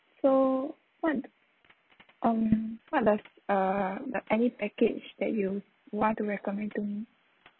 so what um what does uh the any package that you want to recommend to me